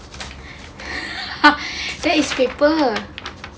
that is paper